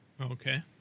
Okay